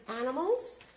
animals